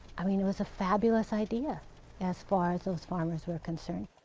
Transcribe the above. i mean, it was a fabulous idea as far as those farmers were concerned.